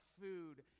food